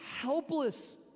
helpless